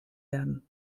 werden